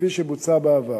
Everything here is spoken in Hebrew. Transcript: כפי שבוצע בעבר.